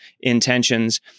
intentions